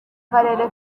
karere